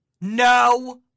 No